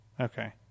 Okay